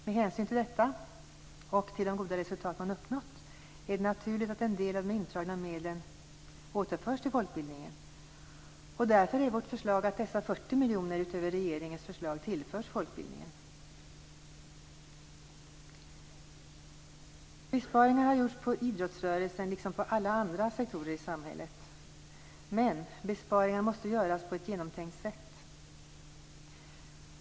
Med hänsyn till detta och till de goda resultat som uppnåtts är det naturligt att en del av de indragna medlen återförs till folkbildningen. Därför är vårt förslag att de 40 miljoner kronorna utöver regeringens förslag tillförs folkbildningen. Besparingar har gjorts vad gäller idrottsrörelsen liksom inom alla andra sektorer i samhället, men besparingar måste göras på ett genomtänkt sätt.